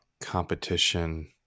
competition